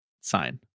sign